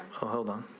hold on